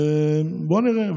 בוא נראה.